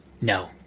No